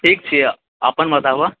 ठीक छिऐ अपन बताबऽ